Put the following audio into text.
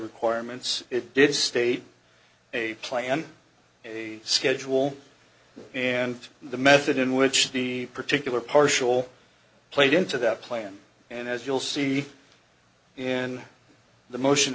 requirements it did state a plan a schedule and the method in which the particular partial played into that plan and as you'll see in the motion